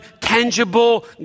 tangible